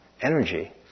energy